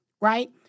Right